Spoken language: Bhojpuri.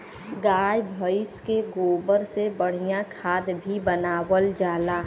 गाय भइस के गोबर से बढ़िया खाद भी बनावल जाला